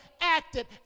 acted